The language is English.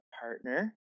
partner